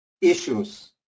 issues